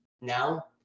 Now